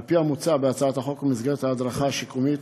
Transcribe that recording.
על פי המוצע בהצעת החוק, במסגרת ההדרכה השיקומית,